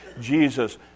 Jesus